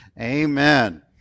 Amen